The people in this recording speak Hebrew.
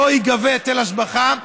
לא ייגבה היטל השבחה.